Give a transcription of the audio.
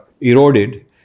eroded